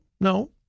no